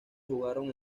jugaron